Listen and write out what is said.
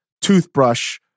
toothbrush